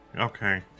Okay